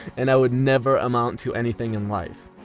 and i would never amount to anything in life.